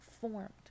formed